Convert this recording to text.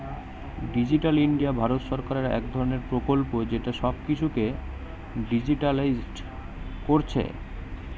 digital India Bharat সরকারের একটা ধরণের প্রকল্প যেটা সব কিছুকে ডিজিটালিসড কোরছে